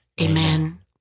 Amen